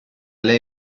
lei